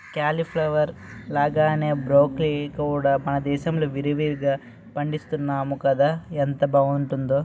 cauliflower లాగానే broccoli కూడా మనదేశంలో విరివిరిగా పండిస్తున్నాము కదా ఎంత బావుంటుందో